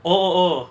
oh oh oh